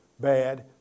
bad